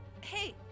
Hey